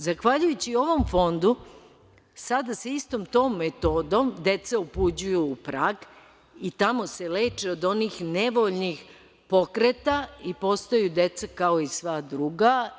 Zahvaljujući ovom fondu, sada se sa istom tom metodom deca upućuju u Prag i tamo se leče od onih nevoljnih pokreta i postaju deca kao i sva druga.